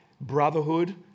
brotherhood